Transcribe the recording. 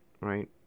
Right